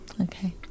Okay